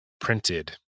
printed